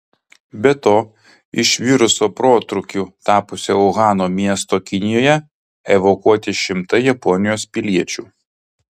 be to iš viruso protrūkiu tapusio uhano miesto kinijoje evakuoti šimtai japonijos piliečių